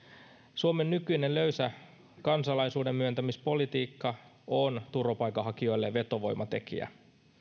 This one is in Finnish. suomen nykyinen löysä kansalaisuudenmyöntämispolitiikka on turvapaikanhakijoille vetovoimatekijä